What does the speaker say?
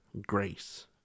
grace